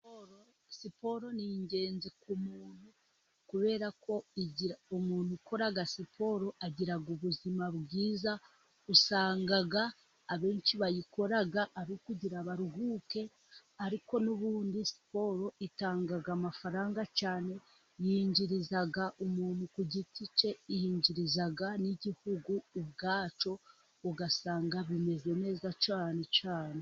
Siporo ni ingenzi ku muntu kuberako umuntu ukora siporo agira ubuzima bwiza, usanga abenshi bayikora ari ukugira ngo baruhuke ariko n'ubundi siporo itanga amafaranga cyane. Yinjiriza umuntu ku giti cye, yinjiriza n'igihugu ubwacyo, ugasanga bimeze neza cyane cyane.